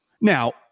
Now